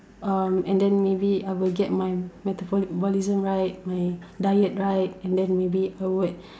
um and then maybe I'll get my my metabolism right my diet right and then maybe I would